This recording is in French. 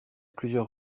plusieurs